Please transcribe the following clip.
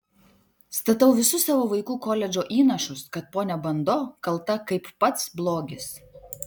statau visus savo vaikų koledžo įnašus kad ponia bando kalta kaip pats blogis